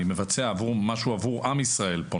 אני מבצע משהו עבור עם ישראל פה,